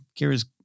Kira's